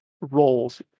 roles